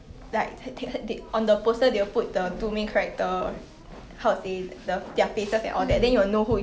mm